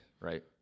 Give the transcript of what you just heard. right